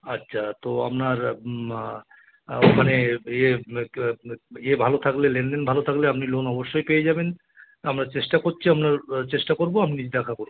আচ্ছা তো আপনার মানে ইয়ে কা ইয়ে ভালো থাকলে লেনদেন ভালো থাকলে আপনি লোন অবশ্যই পেয়ে যাবেন আমরা চেষ্টা করছি আপনার চেষ্টা করবো আপনি দেখা করুন